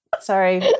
sorry